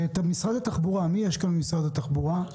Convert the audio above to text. מי נמצא ממשרד התחבורה ורוצה